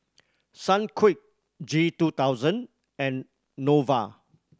Sunquick G two thousand and Nova